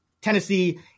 Tennessee